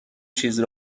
چیز